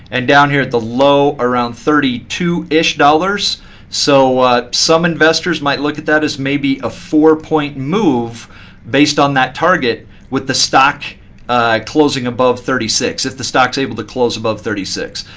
and down here at the low around thirty two ish. so some investors might look at that as maybe a four point move based on that target with the stock closing above thirty six, if the stock's able to close above thirty six.